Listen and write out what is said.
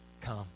Come